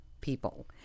people